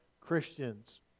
Christians